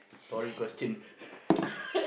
story question